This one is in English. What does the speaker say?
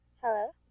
Hello